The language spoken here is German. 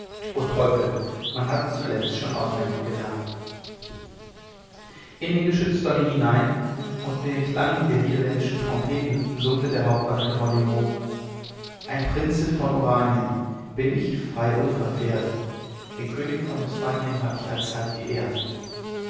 man hat's zuletzt schon auswendig gelernt in den geschützdonner hinein und den klang der niederländischen trompeten summte der hauptmann jeronimo ein prinze von oranien bin ich frei unverfehrt den könig von hispanien hab ich allzeit geehrt